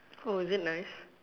oh is it nice